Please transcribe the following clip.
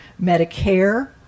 Medicare